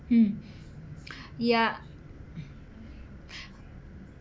mm ya